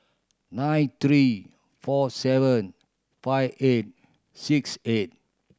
nine three four seven five eight six eight